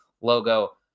logo